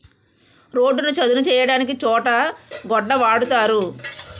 రోడ్డును చదును చేయడానికి చోటు గొడ్డ వాడుతారు